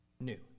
New